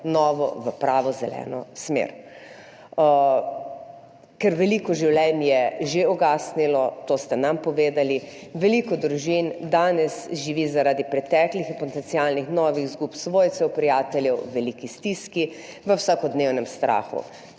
novo, v pravo, zeleno smer. Ker je veliko življenj že ugasnilo, to ste nam povedali, veliko družin danes živi zaradi preteklih in potencialnih novih izgub svojcev, prijateljev v veliki stiski, v vsakodnevnem strahu.